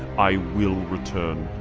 i will return.